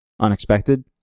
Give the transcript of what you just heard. unexpected